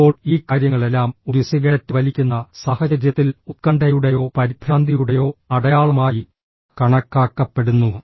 ഇപ്പോൾ ഈ കാര്യങ്ങളെല്ലാം ഒരു സിഗരറ്റ് വലിക്കുന്ന സാഹചര്യത്തിൽ ഉത്കണ്ഠയുടെയോ പരിഭ്രാന്തിയുടെയോ അടയാളമായി കണക്കാക്കപ്പെടുന്നു